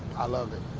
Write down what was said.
i love it.